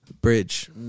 bridge